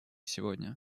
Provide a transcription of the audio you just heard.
сегодня